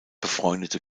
befreundete